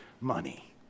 money